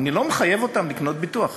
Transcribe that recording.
אני לא מחייב אותם לקנות ביטוח.